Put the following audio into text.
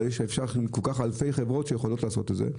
אבל יש כל כך אלפי חברות שיכולות לעשות את זה.